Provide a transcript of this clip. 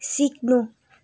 सिक्नु